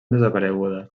desapareguda